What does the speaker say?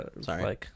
Sorry